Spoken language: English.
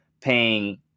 paying